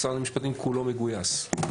משרד המשפטים כולו מגויס,